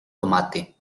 tomate